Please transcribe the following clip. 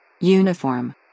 Uniform